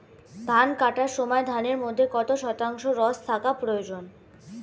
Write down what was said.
ধান কাটার সময় ধানের মধ্যে কত শতাংশ রস থাকা প্রয়োজন?